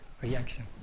reaction